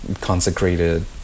consecrated